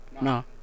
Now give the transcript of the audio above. No